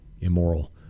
immoral